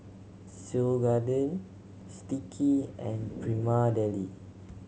Seoul Garden Sticky and Prima Deli